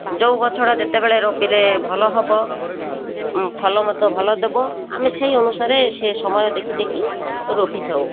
ଯେଉଁ ଗଛଟା ଯେତେବେଳେ ରୋପିଲେ ଭଲ ହେବ ଫଲ ମଧ୍ୟ ଭଲ ଦେବ ଆମେ ସେହି ଅନୁସାରେ ସେ ସମୟ ଦେଖି ଦେଖି ରୋପିଥାଉ